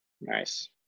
nice